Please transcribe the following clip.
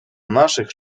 naszych